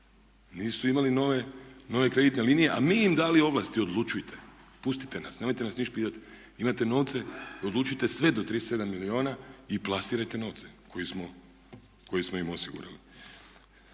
nisu imali nove kreditne linije, a mi im dali ovlasti odlučujte, pustite nas, nemojte nas ništa pitati. Imate novce i odlučite sve do 37 milijuna i plasirajte novce koje smo im osigurali.